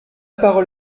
parole